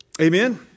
Amen